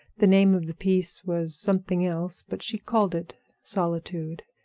the name of the piece was something else, but she called it solitude.